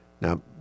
Now